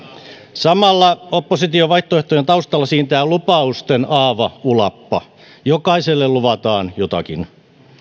samalla opposition vaihtoehtojen taustalla siintää lupausten aava ulappa jokaiselle luvataan jotakin